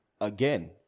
again